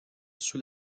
sous